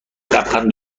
لبخند